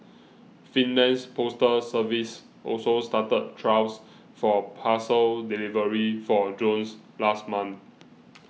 Finland's postal service also started trials for parcel delivery for drones last month